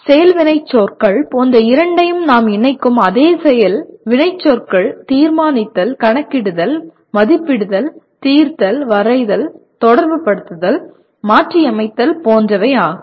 செயல் வினைச்சொற்கள் போன்ற இரண்டையும் நாம் இணைக்கும் அதே செயல் வினைச்சொற்கள் தீர்மானித்தல் கணக்கிடுதல் கணக்கிடுதல் மதிப்பிடுதல் தீர்த்தல் வரைதல் தொடர்புபடுத்தல் மாற்றியமைத்தல் போன்றவை ஆகும்